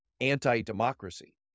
anti-democracy